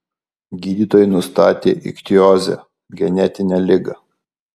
gydytojai nustatė ichtiozę genetinę ligą